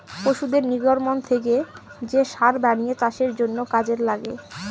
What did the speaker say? পশুদের নির্গমন থেকে যে সার বানিয়ে চাষের জন্য কাজে লাগে